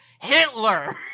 Hitler